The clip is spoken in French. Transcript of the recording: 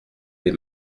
lès